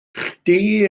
chdi